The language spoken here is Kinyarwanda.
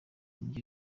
indyo